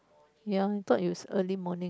ya I thought is early morning